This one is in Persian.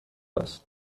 است